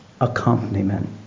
accompaniment